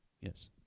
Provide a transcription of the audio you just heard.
Yes